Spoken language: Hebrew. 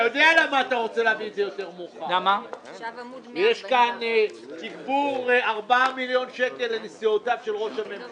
הצבעה בעד, 9 נגד, 5 נמנעים, 1 פניות מספר 289 עד